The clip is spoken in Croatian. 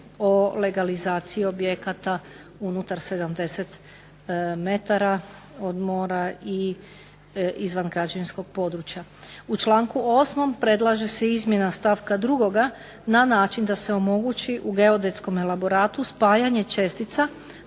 o legalizaciji objekata unutar 70 metara od mora i izvan građevinskog područja. U članku 8. predlaže se izmjena stavka drugoga na način da se omogući u geodetskom elaboratu spajanje čestica